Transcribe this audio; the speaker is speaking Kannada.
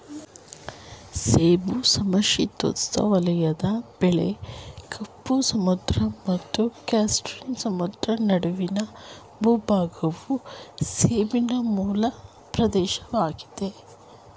ಸೇಬು ಸಮಶೀತೋಷ್ಣ ವಲಯದ ಬೆಳೆ ಕಪ್ಪು ಸಮುದ್ರ ಮತ್ತು ಕ್ಯಾಸ್ಪಿಯನ್ ಸಮುದ್ರ ನಡುವಿನ ಭೂಭಾಗವು ಸೇಬಿನ ಮೂಲ ಪ್ರದೇಶವಾಗಿದೆ